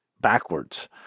backwards